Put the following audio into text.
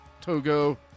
Togo